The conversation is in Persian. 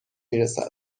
میرسد